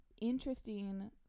interesting